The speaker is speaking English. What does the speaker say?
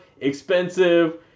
expensive